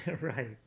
right